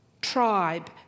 tribe